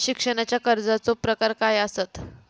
शिक्षणाच्या कर्जाचो प्रकार काय आसत?